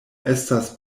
estas